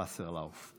וסרלאוף.